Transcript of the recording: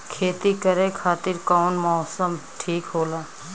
खेती करे खातिर कौन मौसम ठीक होला?